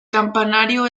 campanario